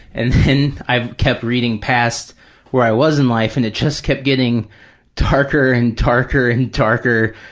and then i kept reading past where i was in life and it just kept getting darker and darker and darker,